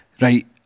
Right